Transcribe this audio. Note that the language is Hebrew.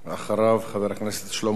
אחריו, חבר כנסת שלמה מולה.